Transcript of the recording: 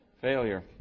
failure